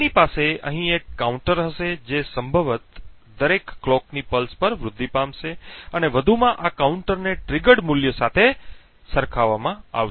આપણી પાસે અહીં એક કાઉન્ટર હશે જે સંભવત દરેક ઘડિયાળ ની પલ્સ પર વૃદ્ધિ પામશે અને વધુમાં આ કાઉન્ટર ને ટ્રિગર્ડ મૂલ્ય સાથે સરખામણી કરવામાં આવશે